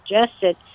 suggested